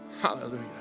Hallelujah